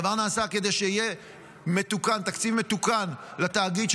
הדבר נעשה כדי שיהיה תקציב מתוקן לתאגיד,